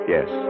Yes